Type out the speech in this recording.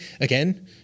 again